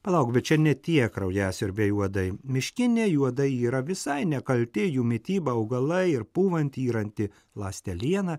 palauk bet čia ne tie kraujasiurbiai uodai miškiniai uodai yra visai nekalti jų mityba augalai ir pūvanti yranti ląsteliena